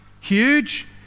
huge